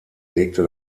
legte